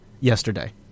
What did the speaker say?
yesterday